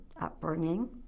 upbringing